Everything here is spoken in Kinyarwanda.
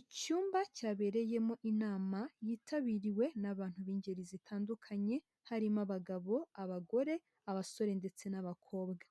Icyumba cyabereyemo inama yitabiriwe n'abantu b'ingeri zitandukanye harimo abagabo, abagore abasore ndetse n'abakobwa,